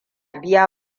biya